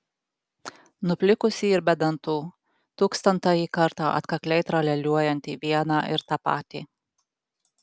nuplikusį ir be dantų tūkstantąjį kartą atkakliai tralialiuojantį vieną ir tą patį